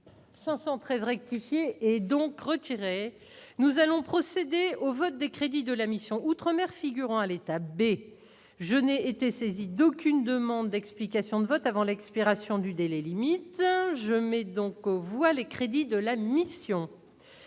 513 rectifier et donc retirés, nous allons procéder au vote des crédits de la mission outre-mer figurant à l'État B. je n'ai été saisi d'aucune demande d'explication de vote avant l'expiration du délai limite je mets donc on voit les crédits de la mission.